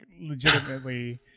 legitimately